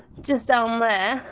just down there,